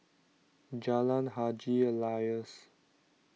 Jalan Haji Alias